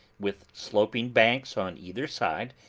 with sloping banks on either side,